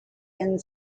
and